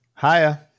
Hiya